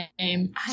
name